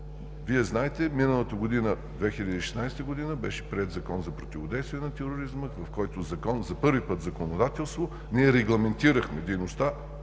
Вие знаете, миналата година – 2016 г., беше приет Закон за противодействие на тероризма, в който за първи път в законодателство ние регламентирахме дейността